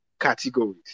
categories